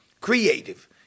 creative